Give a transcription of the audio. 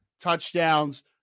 touchdowns